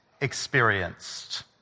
experienced